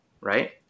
right